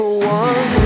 One